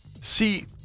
See